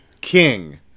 king